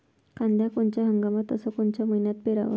कांद्या कोनच्या हंगामात अस कोनच्या मईन्यात पेरावं?